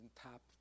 top